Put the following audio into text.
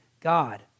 God